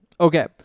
Okay